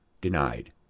Denied